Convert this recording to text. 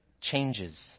changes